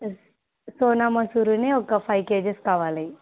సోనా మసూరుని ఒక five kgs కావాలి